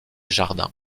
jardins